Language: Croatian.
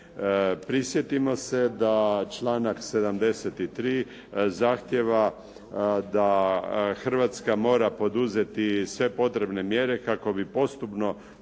Prisjetimo se da članak 73. zahtjeva da Hrvatska mora poduzeti sve potrebne mjere kako bi postupno